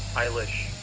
eilish.